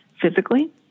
physically